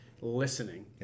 listening